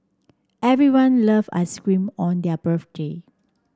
everyone love ice cream on their birthday